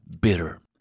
bitter